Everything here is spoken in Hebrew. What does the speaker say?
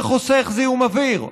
זה חוסך זיהום אוויר.